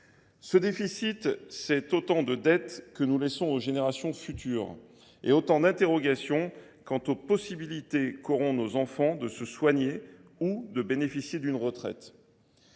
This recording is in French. Ce déficit, c’est autant de dettes que nous laissons aux générations futures et autant d’interrogations quant aux possibilités qu’auront nos enfants de se soigner ou de bénéficier d’une retraite.